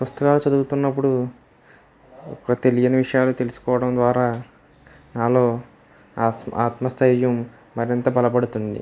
పుస్తకాలు చదువుతున్నప్పుడు తెలియని విషయాలు తెలుసుకోవడం ద్వారా నాలో ఆత్మస్థైర్యం మరింత బలపడుతుంది